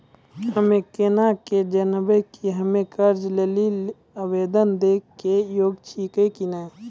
हम्मे केना के जानबै कि हम्मे कर्जा लै लेली आवेदन दै के योग्य छियै कि नै?